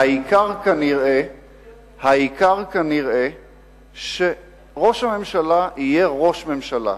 כנראה העיקר הוא שראש הממשלה יהיה ראש ממשלה.